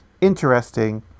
interesting